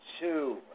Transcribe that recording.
two